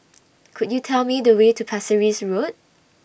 Could YOU Tell Me The Way to Pasir Ris Road